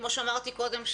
כמו שאמרתי קודם,